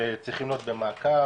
הם צריכים להיות במעקב,